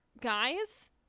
guys